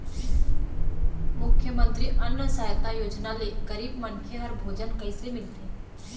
मुख्यमंतरी अन्न सहायता योजना ले गरीब मनखे ह भोजन कइसे मिलथे?